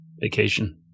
vacation